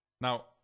Now